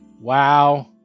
Wow